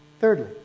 Thirdly